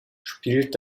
spielt